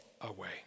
away